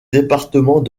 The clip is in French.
département